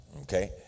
Okay